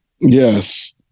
Yes